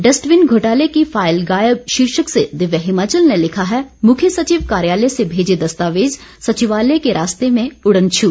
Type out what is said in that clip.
dustbin घोटाले की file गायब शीर्षक से दिव्य हिमाचल ने लिखा है मुख्य सचिव कार्यालय से भेजे दस्तावेज सचिवालय के रास्ते में उड़नछू